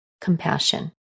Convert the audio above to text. compassion